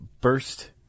burst